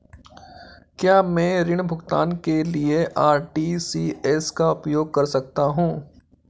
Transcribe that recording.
क्या मैं ऋण भुगतान के लिए आर.टी.जी.एस का उपयोग कर सकता हूँ?